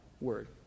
word